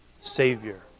Savior